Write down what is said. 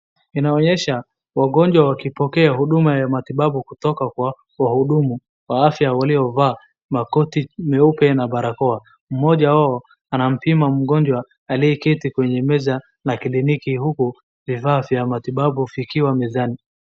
Inaonyesha wagonjwa wakipokea huduma ya matibabu kutoka Kwa wahudumu wa afya waliovaa makoti meupe na barakoa mmoja wao anampima mgonjwa aliyeketi kwenye meza na kliniki huku vifaa vya matibabu vikiwa mezani